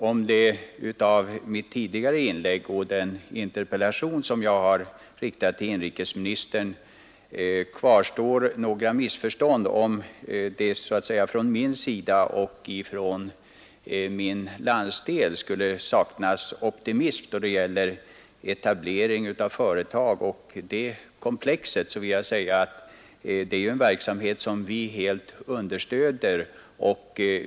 Om det efter mitt tidigare inlägg och den interpellation som jag har riktat till inrikesministern kvarstår några missförstånd om att det hos mig eller inom min hembygd skulle saknas optimism då det gäller etablering av företag och det därmed sammanhängande frågekomplexet vill jag säga, att det är en verksamhet som vi helt understöder.